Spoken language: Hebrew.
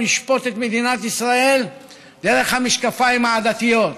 לשפוט את מדינת ישראל דרך המשקפיים העדתיים.